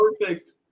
Perfect